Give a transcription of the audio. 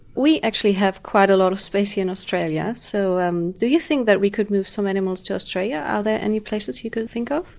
we actually have quite a lot of space here in australia, so um do you think that we could move some animals to australia? are there any places you could think of?